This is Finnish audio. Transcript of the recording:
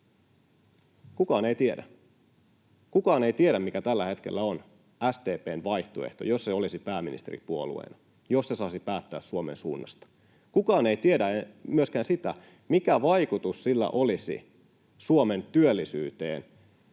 Kukaan ei tiedä. Kukaan ei tiedä, mikä tällä hetkellä on SDP:n vaihtoehto, jos se olisi pääministeripuolueena, jos se saisi päättää Suomen suunnasta. Kukaan ei tiedä myöskään sitä, mikä vaikutus olisi Suomen työllisyyteen